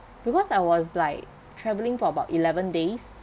because I was like travelling for about eleven days